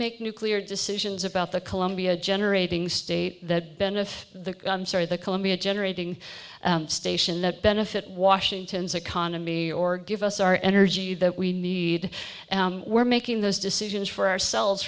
make nuclear decisions about the colombia generating state that benefit the sorry the columbia generating station that benefit washington's economy or give us our energy that we need we're making those decisions for ourselves